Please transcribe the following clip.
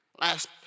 Last